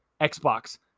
Xbox